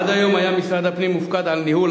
עד היום היה משרד הפנים מופקד על ניהול